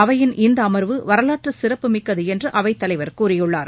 அவையின் இந்த அமர்வு வரலாற்று சிறப்பு மிக்கது என்று அவைத் தலைவர் கூறியுள்ளார்